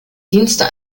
dienste